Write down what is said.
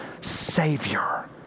Savior